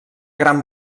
gran